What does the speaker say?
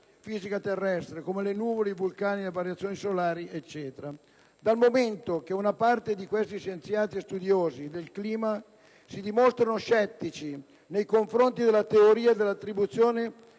fisica terrestre, come le nuvole, i vulcani, le variazioni solari. Dal momento che una parte di questi scienziati e studiosi del clima si dimostrano scettici nei confronti della teoria dell'attribuzione